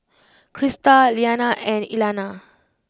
Krysta Leanna and Elena